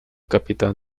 capitán